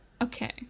Okay